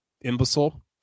imbecile